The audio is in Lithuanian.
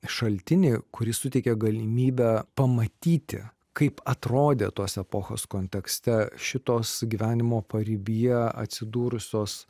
šaltinį kuris suteikia galimybę pamatyti kaip atrodė tos epochos kontekste šitos gyvenimo paribyje atsidūrusios